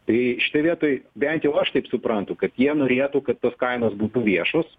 tai šitoj vietoj bent jau aš taip suprantu kad jie norėtų kad tos kainos būtų viešos